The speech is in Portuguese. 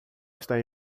está